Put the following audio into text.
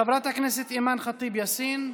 חברת הכנסת אימאן ח'טיב יאסין,